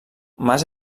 mas